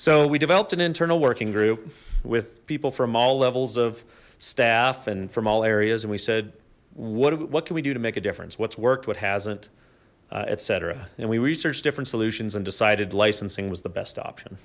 so we developed an internal working group with people from all levels of staff and from all areas and we said what can we do to make a difference what's worked what hasn't etc and we researched different solutions and decided licensing was the best option